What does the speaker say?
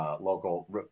local